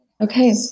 okay